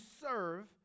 serve